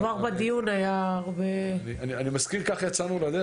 אני מזכיר, כך יצאנו לדרך.